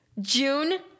june